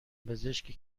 پزشکی